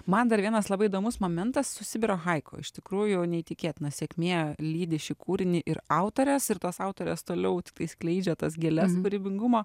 man dar vienas labai įdomus momentas su sibiro haiku iš tikrųjų neįtikėtina sėkmė lydi šį kūrinį ir autores ir tos autorės toliau tiktai skleidžia tas gėles kūrybingumo